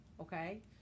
okay